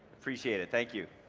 appreciate it, thank you.